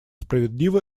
справедливо